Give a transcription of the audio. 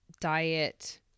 diet